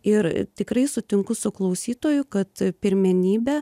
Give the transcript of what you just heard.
ir tikrai sutinku su klausytoju kad pirmenybę